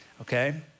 okay